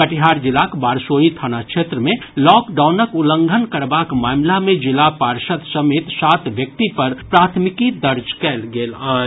कटिहार जिलाक बारसोई थाना क्षेत्र मे लॉकडाउनक उल्लंघन करबाक मामिला मे जिला पार्षद समेत सात व्यक्ति पर प्राथमिकी दर्ज कयल गेल अछि